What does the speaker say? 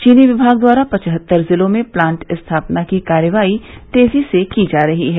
चीनी विभाग द्वारा पचहत्तर जिलों में प्लांट स्थापना की कार्रवाई तेजी से की जा रही है